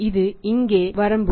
இது இங்கே வரம்பு